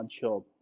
job